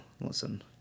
Listen